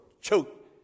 choke